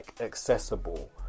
accessible